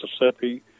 Mississippi